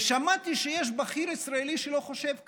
ושמעתי שיש בכיר ישראלי שלא חושב כך.